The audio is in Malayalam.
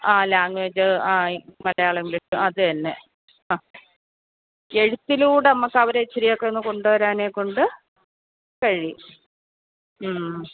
ആ ലാങ്വേജ് ആ മലയാളം ഇങ്ക്ളീഷ് അത് തന്നെ ആ എഴുത്തിലൂടെ നമുക്ക് അവരെ ഇച്ചിരി ഒക്കെയൊന്ന് കൊണ്ട് വരാനേക്കൊണ്ട് കഴിയും